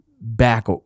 back